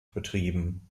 betrieben